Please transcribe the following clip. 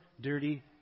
dirty